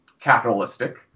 capitalistic